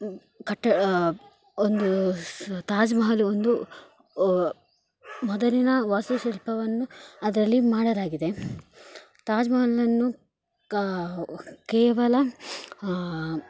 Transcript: ಕಟ್ಟಡ ಒಂದು ಸ ತಾಜ್ ಮಹಲು ಒಂದು ಮೊದಲಿನ ವಾಸ್ತು ಶಿಲ್ಪವನ್ನು ಅದರಲ್ಲಿ ಮಾಡಲಾಗಿದೆ ತಾಜ್ ಮಹಲನ್ನು ಕಾ ಕೇವಲ